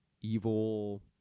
evil